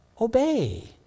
obey